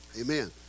Amen